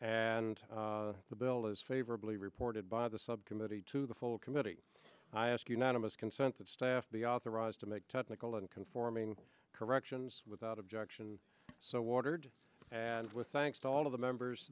and the bill is favorably reported by the subcommittee to the full committee i ask unanimous consent that staff be authorized to make technical and conforming corrections without objection so watered and with thanks to all of the members